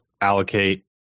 allocate